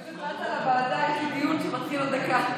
אני פשוט רצה לוועדה, יש לי דיון שמתחיל עוד דקה.